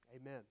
Amen